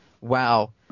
wow